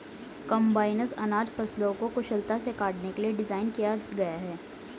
combines अनाज फसलों को कुशलता से काटने के लिए डिज़ाइन किया गया है